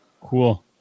cool